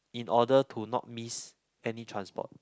in order to not miss any transport